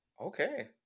okay